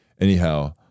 Anyhow